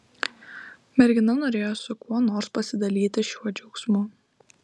mergina norėjo su kuo nors pasidalyti šiuo džiaugsmu